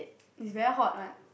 it's very hot one